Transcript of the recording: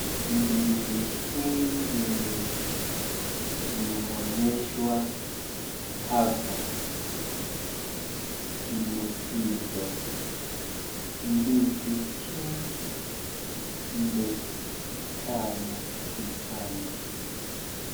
Ndizi hii yenye imeonyeshwa hapa imeiva, ndizi hii ni tamu sana.